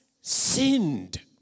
sinned